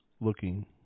looking